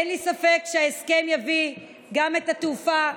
אין לי ספק שההסכם יביא גם את התעופה,